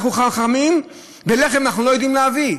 אנחנו חכמים, ולחם אנחנו לא יודעים להביא.